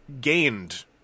gained